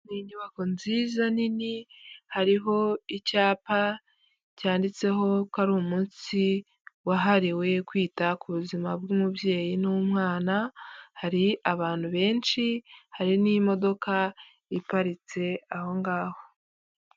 Ni inyubako nziza nini, hariho icyapa cyanditseho ko ari umunsi wahariwe kwita ku buzima bw'umubyeyi n'umwana, hari abantu benshi, hari n'imodoka iparitse aho ngaho.